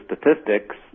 statistics